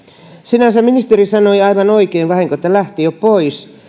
sinänsä ministeri sanoi aivan oikein vahinko että lähti jo pois